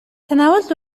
تناولت